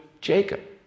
Jacob